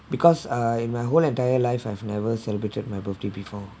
because uh in my whole entire life I've never celebrated my birthday before